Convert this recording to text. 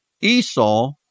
Esau